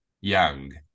young